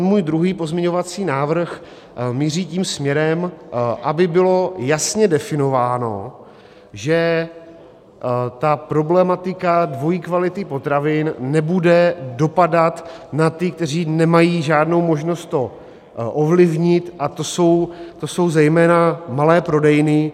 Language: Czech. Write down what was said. Můj druhý pozměňovací návrh míří tím směrem, aby bylo jasně definováno, že problematika dvojí kvality potravin nebude dopadat na ty, kteří nemají žádnou možnost to ovlivnit, a to jsou zejména malé prodejny.